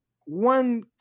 one